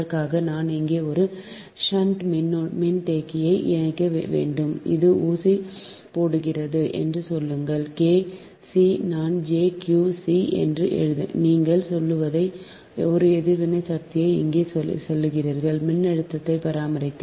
அதற்காக நான் இங்கே ஒரு ஷன்ட் மின்தேக்கியை இணைக்க வேண்டும் இது ஊசி போடுகிறது என்று சொல்லுங்கள் கே சி நான் ஜே க்யூ சி என்று நீங்கள் சொல்வதை ஒரு எதிர்வினை சக்தியை இங்கே செலுத்துகிறீர்கள் மின்னழுத்தத்தை பராமரிக்க